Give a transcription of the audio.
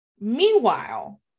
meanwhile